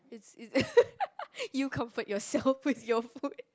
it's it's you comfort yourself with your food